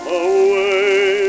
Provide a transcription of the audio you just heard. away